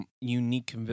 unique